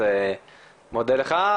אז אני מודה לך.